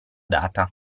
data